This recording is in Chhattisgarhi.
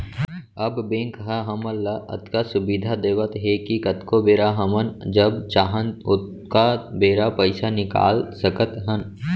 अब बेंक ह हमन ल अतका सुबिधा देवत हे कि कतको बेरा हमन जब चाहन ओतका बेरा पइसा निकाल सकत हन